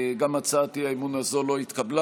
גם הצעת האי-אמון הזאת לא התקבלה.